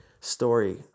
story